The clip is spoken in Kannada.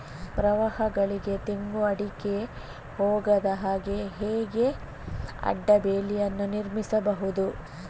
ಪ್ರವಾಹಗಳಿಗೆ ತೆಂಗು, ಅಡಿಕೆ ಹೋಗದ ಹಾಗೆ ಹೇಗೆ ಅಡ್ಡ ಬೇಲಿಯನ್ನು ನಿರ್ಮಿಸಬಹುದು?